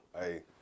Hey